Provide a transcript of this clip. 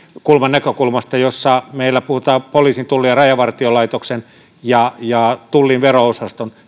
kulman näkökulmasta jossa meillä puhutaan poliisin tullin ja rajavartiolaitoksen ja ja tullin vero osaston tekemästä